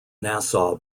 nassau